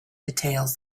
details